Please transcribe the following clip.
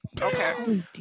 Okay